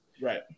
Right